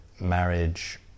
marriage